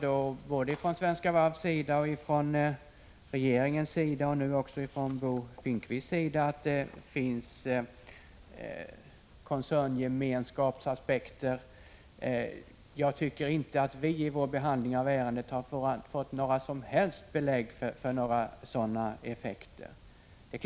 Både Svenska Varv, regeringen och nu också Bo Finnkvist hänvisar till att det finns koncerngemenskapsaspekter. Jag tycker inte att vi vid vår behandling av ärendet har fått några som helst belägg för den saken.